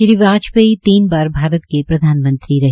श्री वाजपेयी तीन बार भारत के प्रधानमंत्री रहे